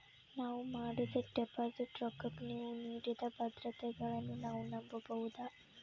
ನಾವು ಮಾಡಿದ ಡಿಪಾಜಿಟ್ ರೊಕ್ಕಕ್ಕ ನೀವು ನೀಡಿದ ಭದ್ರತೆಗಳನ್ನು ನಾವು ನಂಬಬಹುದಾ?